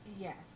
Yes